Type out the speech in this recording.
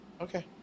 Okay